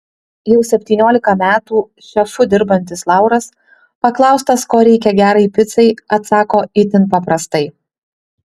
jau septyniolika metų šefu dirbantis lauras paklaustas ko reikia gerai picai atsako itin paprastai